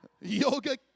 Yoga